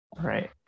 right